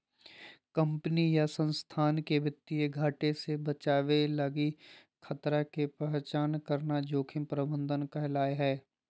company या संस्थान के वित्तीय घाटे से बचावे लगी खतरा के पहचान करना जोखिम प्रबंधन कहला हय